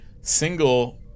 single